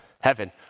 Heaven